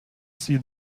see